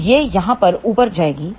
तो यह यहाँ पर ऊपर जाएगा